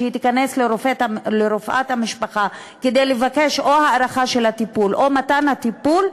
כשהיא תיכנס לרופאת המשפחה כדי לבקש או הארכה של הטיפול או מתן טיפול,